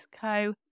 co